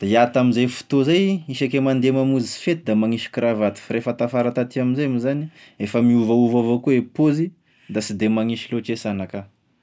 iaho tamizay fotoa zay isaky e mande mamonzy fety da magnisy kravato fa rehefa afara taty amizay moa zany efa miovaova avao koa e paozy da sy de magnisy loatry esanaky.